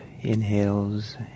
inhales